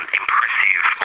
impressive